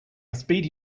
speedy